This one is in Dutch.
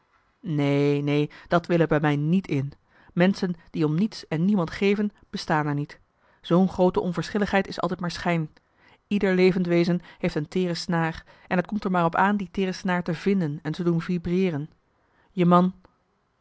neen neen dat wil er bij mij niet in menschen die om niets en niemand geven bestaan er niet zoo'n groote onverschilligheid is altijd maar schijn ieder levend wezen heeft een teere snaar en het komt er maar op aan die teere snaar te vinden en te doen vibreeren je man